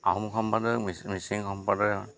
আহোম সম্প্ৰদায় মিচিং সম্প্ৰদায়ৰ